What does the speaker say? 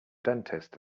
dentist